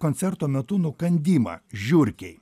koncerto metu nukandimą žiurkei